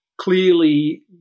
Clearly